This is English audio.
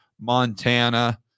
Montana